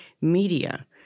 media